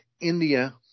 India